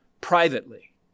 privately